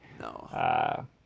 No